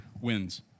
wins